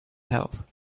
health